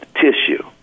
tissue